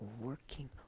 working